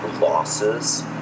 losses